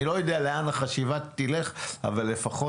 אני לא יודע לאן החשיבה תלך אבל לפחות